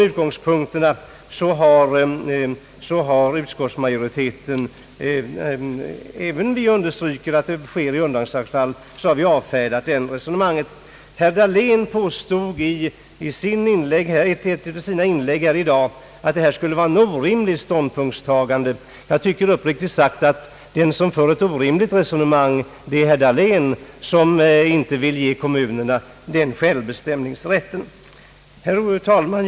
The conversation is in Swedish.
Utskottsmajoriteten, som understryker att det sker i undantagsfall, har med denna motivering avfärdat det resonemanget. Herr Dahlén påstod i ett av sina inlägg här i dag att detta skulle vara ett orimligt ståndpunktstagande. Jag tycker uppriktigt sagt att den som för ett orimligt resonemang är herr Dahlén som inte vill ge kommunerna den självbestämningsrätten. Herr talman!